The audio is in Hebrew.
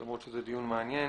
למרות שזה דיון מעניין.